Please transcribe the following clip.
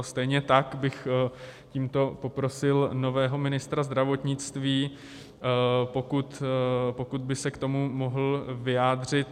Stejně tak bych tímto poprosil nového ministra zdravotnictví, pokud by se k tomu mohl vyjádřit.